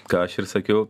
ką aš ir sakiau